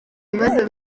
bibazo